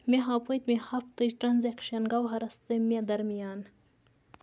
مےٚ ہاو پٔتمہِ ہفتٕچ ٹرانزیکشن گَوہرس تہٕ مےٚ درمیان